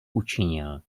učinil